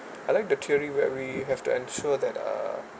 I like the theory where we have to ensure that uh